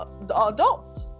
adults